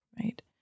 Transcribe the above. right